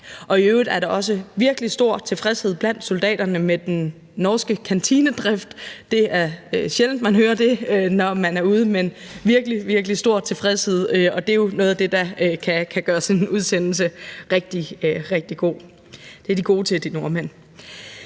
i øvrigt er der også virkelig stor tilfredshed blandt soldaterne med den norske kantinedrift. Det er sjældent, man hører det, når man er ude, men virkelig, virkelig stor tilfredshed, og det er jo noget af det, der kan gøre sådan en udsendelse rigtig, rigtig god – det er de gode til, de nordmænd.